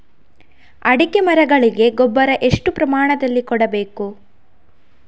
ಅಡಿಕೆ ಮರಗಳಿಗೆ ಗೊಬ್ಬರ ಎಷ್ಟು ಪ್ರಮಾಣದಲ್ಲಿ ಕೊಡಬೇಕು?